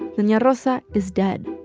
and yeah rosa is dead